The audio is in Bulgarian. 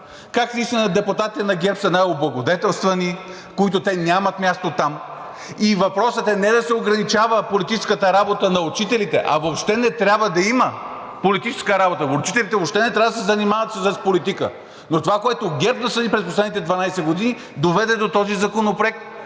как наистина депутатите на ГЕРБ са най-облагодетелствани, които нямат място там. И въпросът е не да се ограничава политическата работа на учителите, а въобще не трябва да има политическа работа, учителите въобще не трябва да се занимават с политика. Но това, което ГЕРБ насади през последните 12 години, доведе до този законопроект.